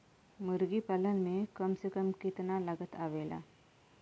मुर्गी पालन में कम से कम कितना लागत आवेला?